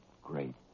great